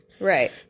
Right